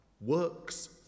works